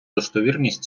достовірність